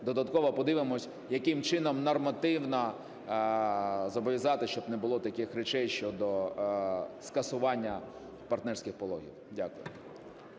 додатково подивимось, яким чином нормативно зобов'язати, щоб не було таких речей щодо скасування партнерських пологів. Дякую.